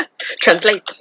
Translate